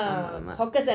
!alamak!